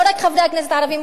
לא רק חברי הכנסת הערבים,